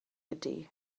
ydy